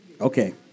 Okay